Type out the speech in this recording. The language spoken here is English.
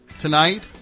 tonight